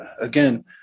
again